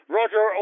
Roger